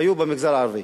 היו במגזר הערבי.